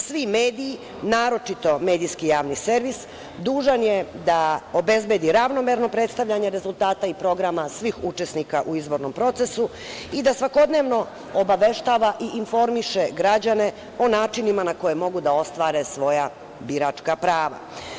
Svi mediji, naročito medijski javni servis dužan su da obezbede ravnomerno predstavljanje rezultata i programa svih učesnika u izbornom procesu i da svakodnevno obaveštavaju i informišu građane o načinima na koje mogu da ostvare svoja biračka prava.